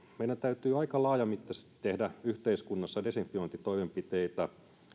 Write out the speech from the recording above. meidän täytyy aika laajamittaisesti tehdä yhteiskunnassa desifiointitoimenpiteitä